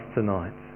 tonight